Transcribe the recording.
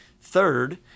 Third